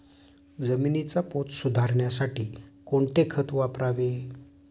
जमिनीचा पोत सुधारण्यासाठी कोणते खत वापरावे?